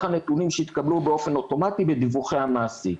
נתונים שהתקבלו באופן אוטומטי בדיווחי המעסיק.